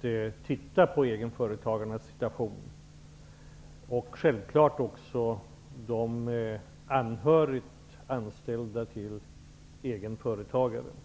till sitt förfogande, att se över egenföretagarnas situation och självfallet också anhöriga som är anställda i företagen.